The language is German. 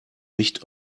nicht